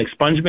expungement